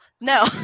no